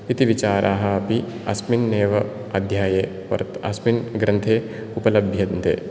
इति विचाराः अपि अस्मिन्नेव अध्याये अस्मिन् ग्रन्थे उपलभ्यन्ते